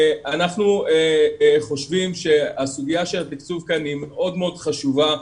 אנחנו חושבים שהסוגיה של התקצוב היא מאוד מאוד חשובה.